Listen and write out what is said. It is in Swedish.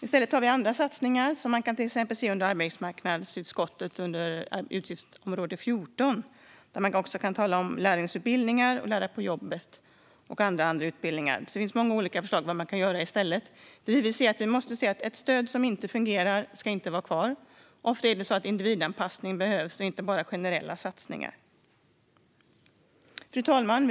I stället har vi andra satsningar, som man till exempel kan se under arbetsmarknadsutskottets utgiftsområde 14. Där talar vi om lärlingsutbildningar, lärapåjobbet och andra utbildningar. Det finns många olika förslag på vad man kan göra i stället. Ett stöd som inte fungerar ska inte vara kvar. Ofta behövs individanpassning, inte bara generella satsningar. Fru talman!